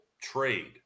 trade